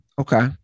Okay